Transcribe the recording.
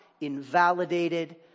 invalidated